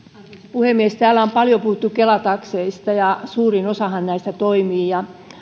puhemies täällä on paljon puhuttu kela takseista ja suurin osahan näistä toimii